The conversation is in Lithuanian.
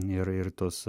ir ir tos